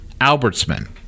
Albertsman